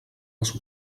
les